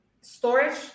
storage